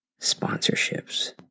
sponsorships